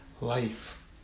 life